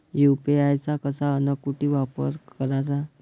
UPI चा कसा अन कुटी वापर कराचा?